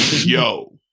yo